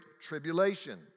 tribulation